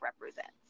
represents